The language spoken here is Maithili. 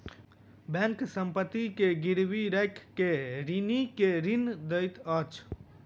बैंक संपत्ति के गिरवी राइख के ऋणी के ऋण दैत अछि